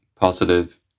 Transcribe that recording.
positive